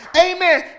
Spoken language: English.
amen